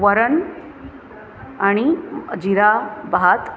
वरण आणि जीरा भात